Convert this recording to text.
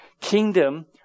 kingdom